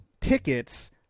tickets